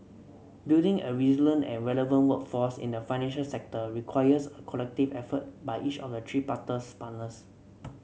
building a resilient and relevant workforce in the financial sector requires a collective effort by each of the tripartite partners